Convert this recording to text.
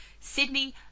sydney